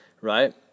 right